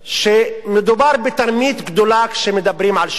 שמדובר בתרמית גדולה כשמדברים על שירות אזרחי,